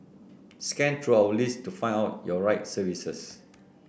scan through our list to find out your right services